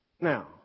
Now